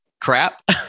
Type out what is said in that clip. crap